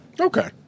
Okay